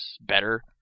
better